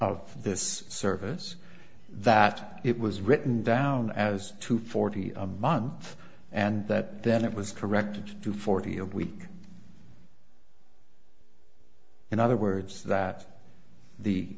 of this service that it was written down as to forty a month and that then it was corrected to forty a week in other words that the